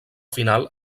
final